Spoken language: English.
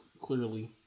clearly